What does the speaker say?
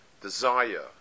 desire